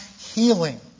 healing